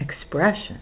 expression